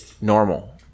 normal